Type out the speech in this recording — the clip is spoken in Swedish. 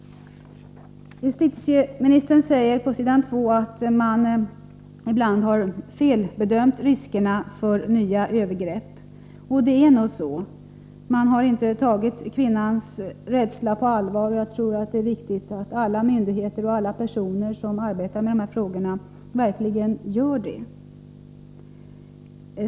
Justitieministern säger på s.2 i det utdelade svaret att man ibland har felbedömt riskerna för nya övergrepp. Det är nog så att man inte har tagit kvinnornas rädsla på allvar, och jag tror att det är viktigt att alla myndigheter och alla personer som arbetar med dessa frågor verkligen tar kvinnornas rädsla på allvar.